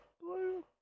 blue